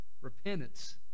Repentance